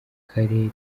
b’akarere